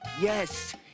Yes